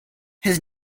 his